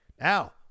Now